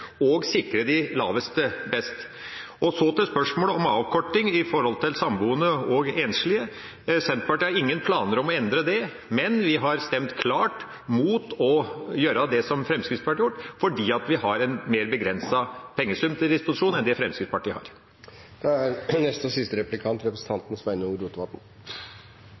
og sikre de laveste best. Så til spørsmålet om avkortning for samboende og enslige. Senterpartiet har ingen planer om å endre det, men vi har stemt klart imot å gjøre det som Fremskrittspartiet har gjort, fordi vi har en mer begrenset pengesum til disposisjon enn det Fremskrittspartiet har. No har representanten Lundteigen både i replikkar og